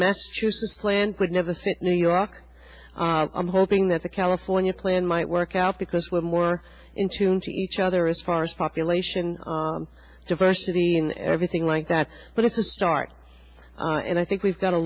massachusetts plan could never see new york i'm hoping that the california plan might work out because we're more in tune to each other as far as population diversity in everything like that but it's a start and i think we've got a